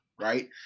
right